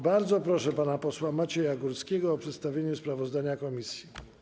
Bardzo proszę pana posła Macieja Górskiego o przedstawienie sprawozdania komisji.